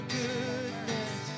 goodness